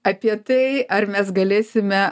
apie tai ar mes galėsime